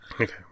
Okay